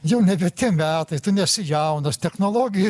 jau nebe tie metai tu nesi jaunas technologija